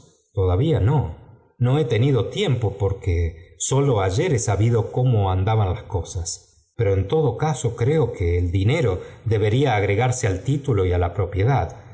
todavía no no he tenido tiempo porque sólo ayer he sabido cómo andaban las cosas pero en todo caso creo que el dinero debería agregarse al título y á la propiedad